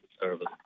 service